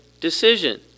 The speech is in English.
decision